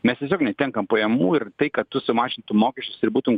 mes tiesiog netenkam pajamų ir tai kad tu sumažintum mokesčius ir būtum